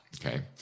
Okay